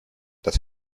das